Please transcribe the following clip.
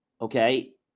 okay